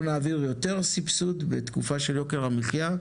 נעביר יותר סבסוד בתקופה של יוקר המחיה,